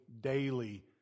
daily